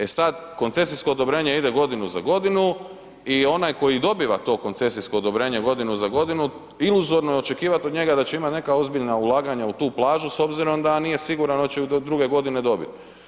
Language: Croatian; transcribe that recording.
E sad, koncesijsko odobrenje ide godinu za godinu i onaj koji dobiva to koncesijsko odobrenje godinu za godinu iluzorno je očekivat od njega da će imat neka ozbiljna ulaganja u tu plažu s obzirom da nije siguran oće ju do druge godine dobit.